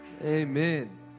Amen